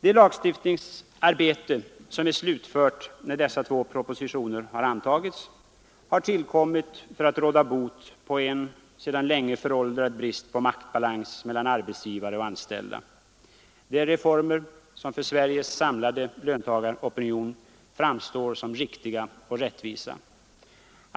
Det lagstiftningsarbete, som är slutfört när dessa två propositioner har antagits, har tillkommit för att råda bot på en sedan länge föråldrad brist på maktbalans mellan arbetsgivare och anställda. Det är reformer som för Sveriges samlade löntagaropinion framstår som riktiga och rättvisa.